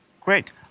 Great